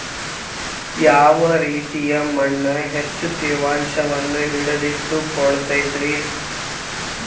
ಯಾವ ರೇತಿಯ ಮಣ್ಣ ಹೆಚ್ಚು ತೇವಾಂಶವನ್ನ ಹಿಡಿದಿಟ್ಟುಕೊಳ್ಳತೈತ್ರಿ?